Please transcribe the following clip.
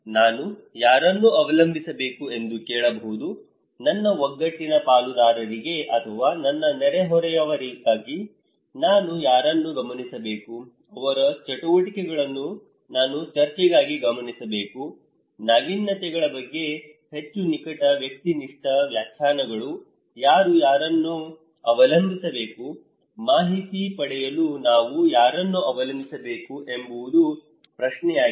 ನಾನು ಯಾರನ್ನು ಅವಲಂಬಿಸಬೇಕು ಎಂದು ಕೇಳಬಹುದು ನನ್ನ ಒಗ್ಗಟ್ಟಿನ ಪಾಲುದಾರರಿಗೆ ಅಥವಾ ನನ್ನ ನೆರೆಹೊರೆಯವರಿಗಾಗಿ ನಾನು ಯಾರನ್ನು ಗಮನಿಸಬೇಕು ಅವರ ಚಟುವಟಿಕೆಗಳನ್ನು ನಾನು ಚರ್ಚೆಗಾಗಿ ಗಮನಿಸಬೇಕು ನಾವೀನ್ಯತೆಗಳ ಬಗ್ಗೆ ಹೆಚ್ಚು ನಿಕಟ ವ್ಯಕ್ತಿನಿಷ್ಠ ವ್ಯಾಖ್ಯಾನಗಳು ನಾನು ಯಾರನ್ನು ಅವಲಂಬಿಸಬೇಕು ಮಾಹಿತಿ ಪಡೆಯಲು ನಾವು ಯಾರನ್ನು ಅವಲಂಬಿಸಬೇಕು ಎಂಬುದು ಪ್ರಶ್ನೆ ಆಗಿದೆ